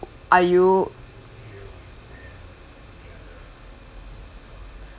are you